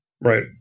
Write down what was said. Right